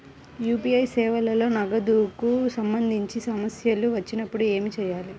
UPI సేవలలో నగదుకు సంబంధించిన సమస్యలు వచ్చినప్పుడు ఏమి చేయాలి?